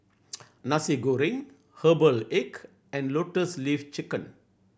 Nasi Goreng herbal egg and Lotus Leaf Chicken